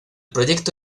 proyecto